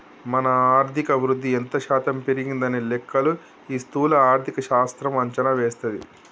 మన ఆర్థిక వృద్ధి ఎంత శాతం పెరిగిందనే లెక్కలు ఈ స్థూల ఆర్థిక శాస్త్రం అంచనా వేస్తది